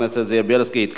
הכלכלית לשנים 2011 ו-2012 (תיקוני חקיקה),